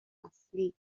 نسلی